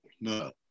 no